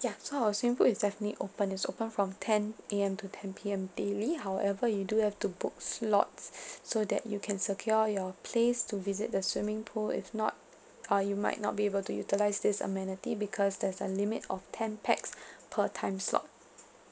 ya so our swimming pool is definitely open is open from ten A_M to ten P_M daily however you do have to book slots so that you can secure your place to visit the swimming pool if not uh you might not be able to utilise this amenity because there's a limit of ten pax for time slot